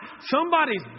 somebody's